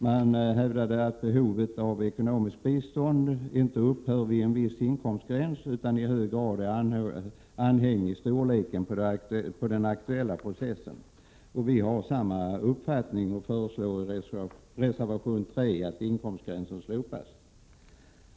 Man hävdade att behovet av ekonomiskt bistånd inte upphör vid en viss inkomstgräns, utan i hög grad är avhängig storleken på den aktuella processen. Vi har samma uppfattning och föreslår i reservation 3 att inkomstgränsen slopas.